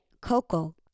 coco